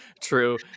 True